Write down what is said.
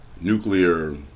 nuclear